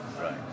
Right